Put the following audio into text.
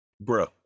bro